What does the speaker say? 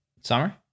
Summer